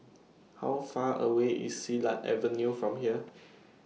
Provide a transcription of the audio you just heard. How Far away IS Silat Avenue from here